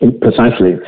Precisely